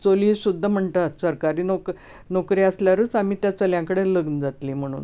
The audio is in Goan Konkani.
चलयो सुद्दां म्हणटात सरकारी नोक नोकरी आसल्यारूचआमी चल्यां कडेन लग्न जातली म्हणून